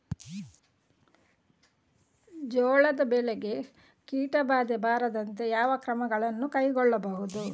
ಜೋಳದ ಬೆಳೆಗೆ ಕೀಟಬಾಧೆ ಬಾರದಂತೆ ಯಾವ ಕ್ರಮಗಳನ್ನು ಕೈಗೊಳ್ಳಬಹುದು?